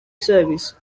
service